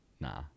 Nah